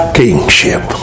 kingship